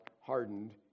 hardened